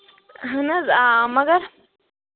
اَہَن حظ آ مگر